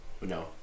No